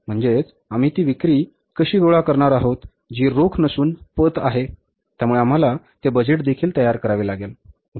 म्हणजेच आम्ही ती विक्री कशी गोळा करणार आहोत जी रोख नसून पत आहेत त्यामुळे आम्हाला ते बजेटदेखील तयार करावे लागेल